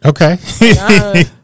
Okay